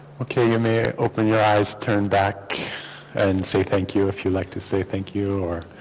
okay you may open your eyes turn back and say thank you if you like to say thank you or